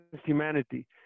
humanity